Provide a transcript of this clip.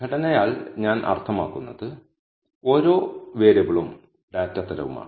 ഘടനയാൽ ഞാൻ അർത്ഥമാക്കുന്നത് ഓരോ വേരിയബിളും ഡാറ്റ തരവുമാണ്